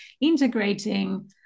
integrating